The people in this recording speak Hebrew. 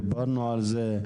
דיברנו על זה.